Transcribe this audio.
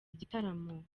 igitaramo